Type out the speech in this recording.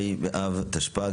ה' באב תשפ"ג,